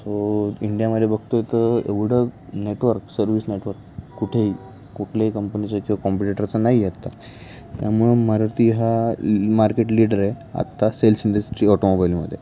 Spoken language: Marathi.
सो इंडियामध्ये बघतो आहे तर एवढं नेटवर्क सर्विस नेटवर्क कुठेही कुठल्याही कंपनीचं किंवा कॉम्पिटीटरचं नाही आहे आत्ता त्यामुळं मारुती हा मार्केट लीडर आहे आत्ता सेल्स इंडस्ट्री ऑटोमोबाईलमध्ये